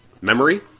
memory